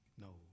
No